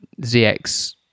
ZX